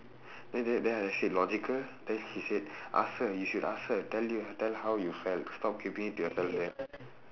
then then then I said logical then she said ask her you should ask her tell you tell her how you felt stop keeping it to yourself